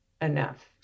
enough